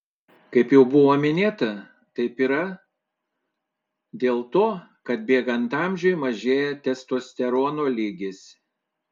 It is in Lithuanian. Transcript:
kaip jau buvo minėta taip yra dėl to kad bėgant amžiui mažėja testosterono lygis